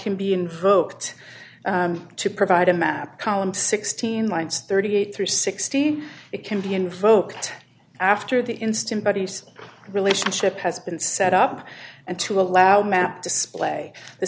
can be invoked to provide a map column sixteen lines thirty eight dollars through sixteen it can be invoked after the instant buddies relationship has been set up and to allow map display the